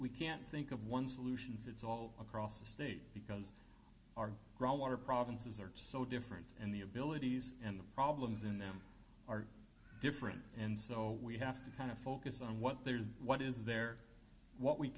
we can't think of one solution fits all across the state because our water provinces are so different and the abilities and the problems in them are different and so we have to kind of focus on what there is what is there what we